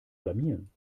blamieren